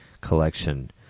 collection